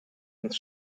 ins